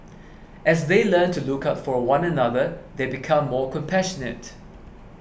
as they learn to look out for one another they become more compassionate